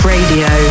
Radio